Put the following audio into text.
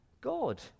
God